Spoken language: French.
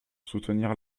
soutenir